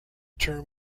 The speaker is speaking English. term